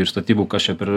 ir statybų kas čia per